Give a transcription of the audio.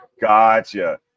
Gotcha